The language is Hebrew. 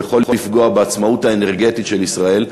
הוא יכול לפגוע בעצמאות האנרגטית של ישראל,